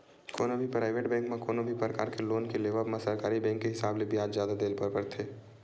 कोनो भी private bank म कोनो भी परकार के लोन के लेवब म सरकारी बेंक के हिसाब ले बियाज जादा देय बर परथे